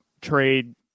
trade